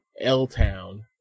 L-Town